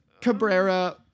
Cabrera